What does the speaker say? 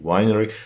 Winery